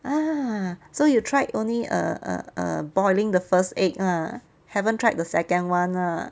ah so you tried only err err boiling the first egg lah haven't tried the second [one] lah